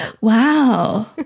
Wow